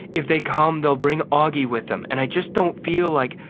if they come, they'll bring auggie with them, and i just don't feel like,